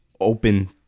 Open